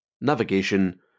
navigation